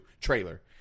trailer